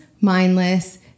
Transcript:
mindless